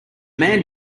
man